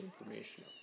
information